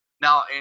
now